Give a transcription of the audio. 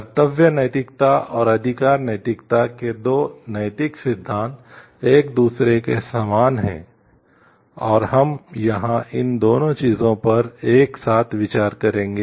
कर्तव्य नैतिकता और अधिकार नैतिकता के 2 नैतिक सिद्धांत एक दूसरे के समान हैं और हम यहां इन दोनों चीजों पर एक साथ विचार करेंगे